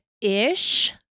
ish